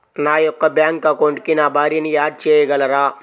నా యొక్క బ్యాంక్ అకౌంట్కి నా భార్యని యాడ్ చేయగలరా?